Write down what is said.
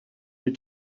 les